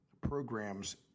programs